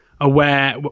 aware